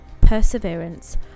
perseverance